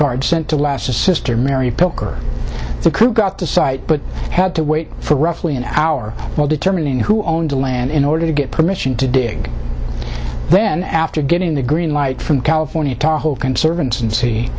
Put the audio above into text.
card sent to last a sister mary picker the coo got the site but had to wait for roughly an hour while determining who owned the land in order to get permission to dig then after getting the green light from california conservancy